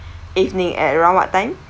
evening at around what time